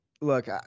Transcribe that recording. look